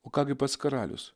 o ką gi pats karalius